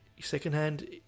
secondhand